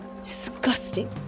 disgusting